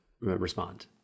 respond